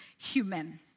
human